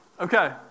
Okay